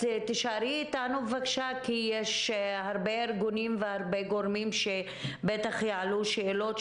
תישארי איתנו בבקשה כי יש הרבה ארגונים והרבה גורמים שבטח יעלו שאלות,